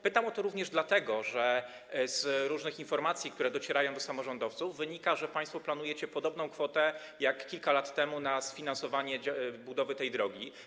Pytam o to również dlatego, że z różnych informacji, które docierają do samorządowców, wynika, że państwo planujecie podobną kwotę jak kilka lat temu na sfinansowanie budowy tej drogi.